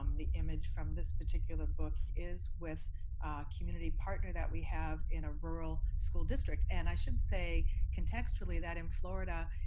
um the image from this particular book is with a community partner that we have in a rural school district. and i should say contextually that in florida,